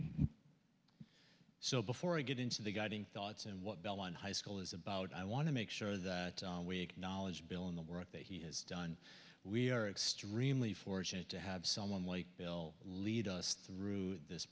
so before i get into the guiding thoughts and what bell on high school is about i want to make sure that we acknowledge bill in the work that he has done we are extremely fortunate to have someone like bill lead us through this